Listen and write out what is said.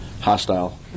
Hostile